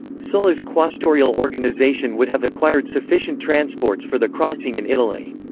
sulla's quaestorial organization would have acquired sufficient transports for the crossing in italy.